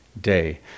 day